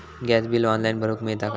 Gas bill online भरुक मिळता काय?